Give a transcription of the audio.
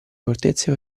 fortezze